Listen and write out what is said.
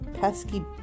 pesky